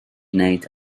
wneud